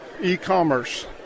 E-commerce